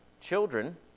children